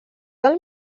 del